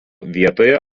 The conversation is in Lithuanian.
vietoje